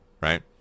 right